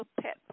pet